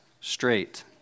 straight